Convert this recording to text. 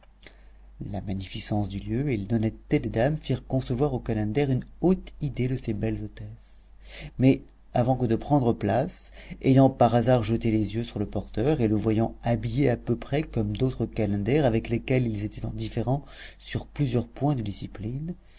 la magnificence du lieu et l'honnêteté des dames firent concevoir aux calenders une haute idée de ces belles hôtesses mais avant que de prendre place ayant par hasard jeté les yeux sur le porteur et le voyant habillé à peu près comme d'autres calenders avec lesquels ils étaient en différend sur plusieurs points de discipline